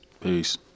Peace